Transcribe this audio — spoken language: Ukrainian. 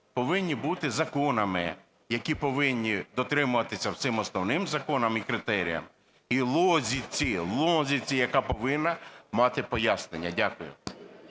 повинні бути законами, які повинні дотримуватись всіх основних законів і критеріїв, і логіки, логіки, яка повинна мати пояснення. Дякую.